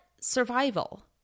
survival